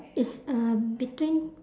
it's uh between